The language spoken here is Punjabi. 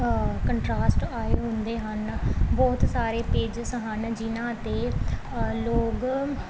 ਕੰਟਰਾਸਟ ਆਏ ਹੁੰਦੇ ਹਨ ਬਹੁਤ ਸਾਰੇ ਪੇਜਿਸ ਹਨ ਜਿਨ੍ਹਾਂ 'ਤੇ ਲੋਕ